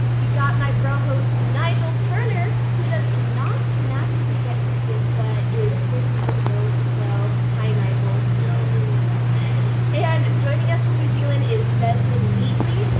we got my bro-host nygel turner, who does not naturally get periods but is here to go with the flow. hi, nygel. yooo yeah and joining us from new zealand is desmond meagley!